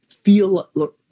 feel